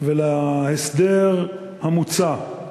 ולהסדר המוצע.